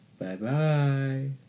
Bye-bye